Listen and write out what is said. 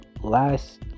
last